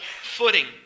footing